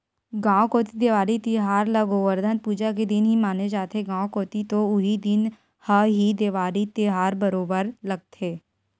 गाँव कोती देवारी तिहार ल गोवरधन पूजा के दिन ही माने जाथे, गाँव कोती तो उही दिन ह ही देवारी तिहार बरोबर लगथे